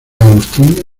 agustín